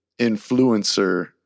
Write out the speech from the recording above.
influencer